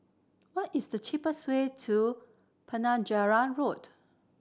what is the cheapest way to Penjuru Road